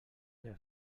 der